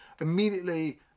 immediately